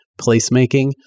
placemaking